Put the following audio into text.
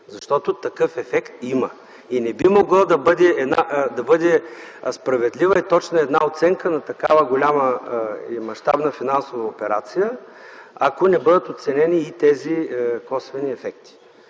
Защото такъв ефект има и не би могло да бъде справедлива и точна една оценка на такава голяма и мащабна финансова операция, ако не бъдат оценени и тези косвени ефекти.